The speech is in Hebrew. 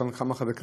כמה חברי כנסת,